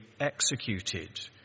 executed